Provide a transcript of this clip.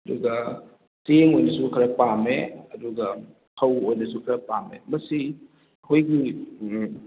ꯑꯗꯨꯒ ꯆꯦꯡ ꯑꯣꯏꯅꯁꯨ ꯈꯔ ꯄꯥꯝꯃꯦ ꯑꯗꯨꯒ ꯐꯧ ꯑꯣꯏꯅꯁꯨ ꯈꯔ ꯄꯥꯝꯃꯦ ꯃꯁꯤ ꯑꯩꯈꯣꯏꯒꯤ ꯎꯝ